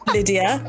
Lydia